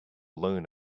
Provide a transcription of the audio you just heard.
learn